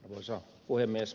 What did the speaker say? arvoisa puhemies